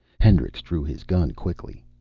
hendricks drew his gun quickly.